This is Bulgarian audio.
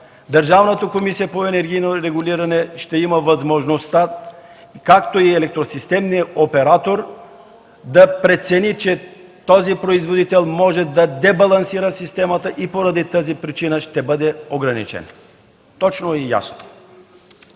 Държавната комисия по енергийно регулиране ще има възможността, както и електросистемният оператор, да прецени, че този производител може да дебалансира системата и поради тази причина ще бъде ограничен. Точно и ясно.